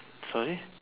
sorry